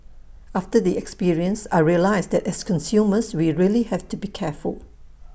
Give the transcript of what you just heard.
after the experience I realised that as consumers we really have to be careful